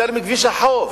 יותר מכביש החוף,